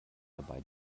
dabei